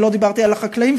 ולא דיברתי על החקלאים,